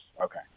Okay